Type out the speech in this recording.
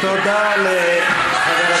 כל הזמן מתסיסים.